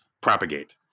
propagate